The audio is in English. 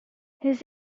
his